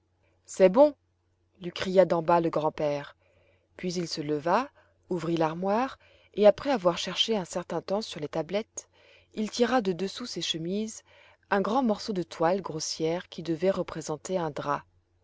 c'est bon lui cria d'en bas le grand-père puis il se leva ouvrit l'armoire et après avoir cherché un certain temps sur les tablettes il tira de dessous ses chemises un grand morceau de toile grossière qui devait représenter un drap